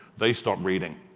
they stop reading.